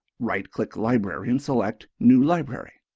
right click library and select new library.